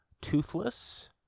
toothless